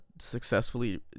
successfully